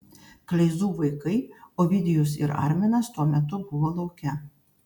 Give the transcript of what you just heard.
kleizų vaikai ovidijus ir arminas tuo metu buvo lauke